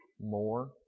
more